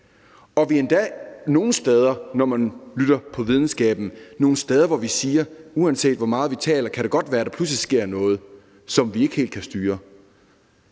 Og vi er endda nogle steder der, når man lytter til videnskaben, at uanset hvor meget vi taler, kan det godt være, at der pludselig sker noget, som vi ikke helt kan styre.